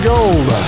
Gold